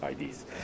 IDs